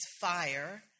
fire